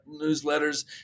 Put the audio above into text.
newsletters